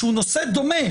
שהוא נושא דומה,